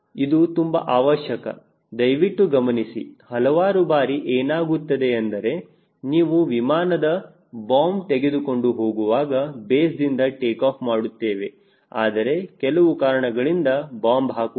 ಇದು ತುಂಬಾ ಅವಶ್ಯಕ ದಯವಿಟ್ಟು ಗಮನಿಸಿ ಹಲವಾರು ಬಾರಿ ಏನಾಗುತ್ತದೆಯೆಂದರೆ ನೀವು ವಿಮಾನದ ಬಾಂಬ್ ತೆಗೆದುಕೊಂಡು ಹೋಗುವಾಗ ಬೇಸ್ ದಿಂದ ಟೇಕಾಫ್ ಮಾಡುತ್ತೇವೆ ಆದರೆ ಕೆಲವು ಕಾರಣಗಳಿಂದ ಬಾಂಬ್ ಹಾಕುವುದಿಲ್ಲ